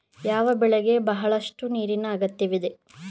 ಯಾವ ಬೆಳೆಗೆ ಬಹಳಷ್ಟು ನೀರಿನ ಅಗತ್ಯವಿದೆ?